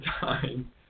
time